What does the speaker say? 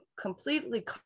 completely